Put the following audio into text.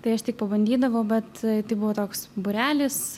tai aš tik pabandydavau bet tai buvo toks būrelis